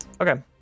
Okay